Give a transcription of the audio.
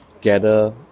gather